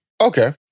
Okay